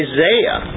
Isaiah